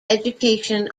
education